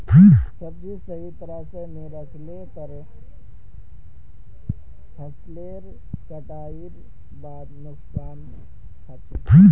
सब्जी सही तरह स नी राखले पर फसलेर कटाईर बादे नुकसान हछेक